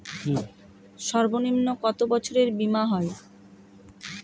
সর্বনিম্ন কত বছরের বীমার হয়?